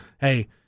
hey